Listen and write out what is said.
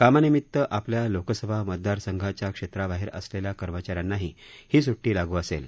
कामानिमित आपल्या लोकसभा मतदार संघाच्या क्षेत्राबाहेर असलेल्या कर्मचाऱ्यांनाही ही सुट्टी लागू असेल